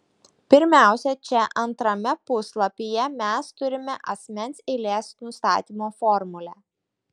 pirmiausia čia antrame puslapyje mes turime asmens eilės nustatymo formulę